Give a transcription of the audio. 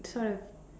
sort of